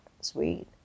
sweet